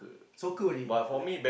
soccer only like